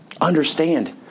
understand